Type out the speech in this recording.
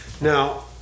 Now